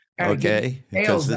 Okay